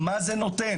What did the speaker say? מה זה נותן?